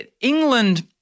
England